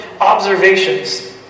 observations